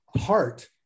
heart